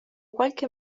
qualche